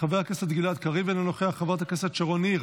חבר הכנסת גלעד קריב, אינו נוכח,